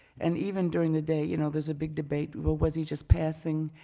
and even during the day, you know there's a big debate, well was he just passing.